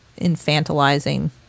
infantilizing